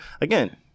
Again